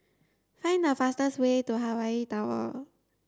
find the fastest way to Hawaii Tower